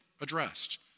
addressed